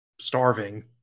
starving